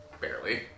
Barely